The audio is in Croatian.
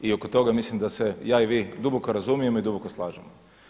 I oko toga mislim da se ja i vi duboko razumijemo i duboko slažemo.